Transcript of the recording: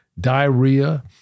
diarrhea